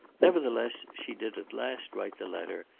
nevertheless she did at last write the letter,